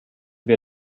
wir